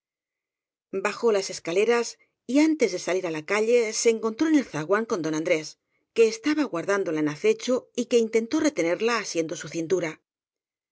bajó las escaleras y antes de salir á la calle se encontró en el zaguán con don andrés que estaba aguardándola en acecho y que intentó retenerla asiendo su cintura